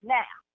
now